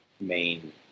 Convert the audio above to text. Main